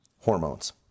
hormones